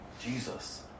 Jesus